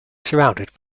surrounded